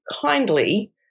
kindly